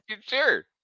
Sure